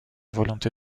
volonté